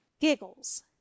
Giggles